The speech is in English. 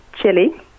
chili